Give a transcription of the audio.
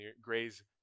graze